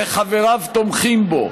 וחבריו תומכים בו,